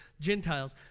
Gentiles